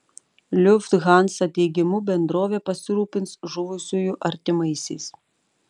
lufthansa teigimu bendrovė pasirūpins žuvusiųjų artimaisiais